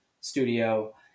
studio